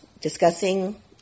discussing